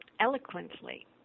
eloquently